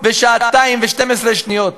שעתיים ו-12 שניות.